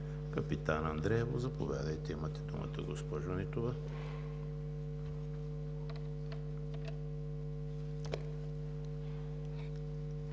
„Капитан Андреево“. Заповядайте, имате думата, госпожо Нитова.